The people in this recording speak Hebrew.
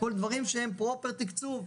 דברים שהם פרופר תקצוב.